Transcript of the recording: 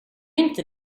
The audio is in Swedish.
inte